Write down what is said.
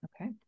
okay